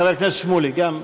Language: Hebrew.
חבר הכנסת שמולי גם.